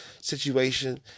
situation